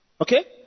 Okay